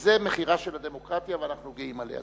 שזה מחירה של הדמוקרטיה, ואנחנו גאים עליה.